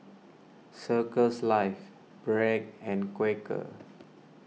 Circles Life Bragg and Quaker